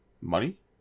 money